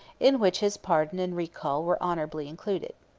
in which his pardon and recall were honorably included.